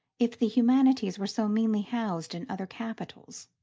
if the humanities were so meanly housed in other capitals.